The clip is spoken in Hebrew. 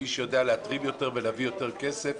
ומי שיודע להתרים יותר ולהביא יותר כסף,